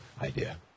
idea